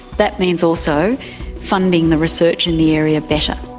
that means also funding the research in the area better.